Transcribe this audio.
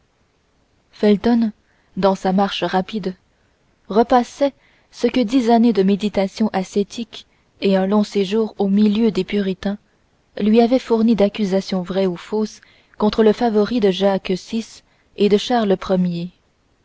felton dans sa marche rapide repassait ce que dix années de méditations ascétiques et un long séjour au milieu des puritains lui avaient fourni d'accusations vraies ou fausses contre le favori de jacques vi et de